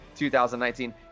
2019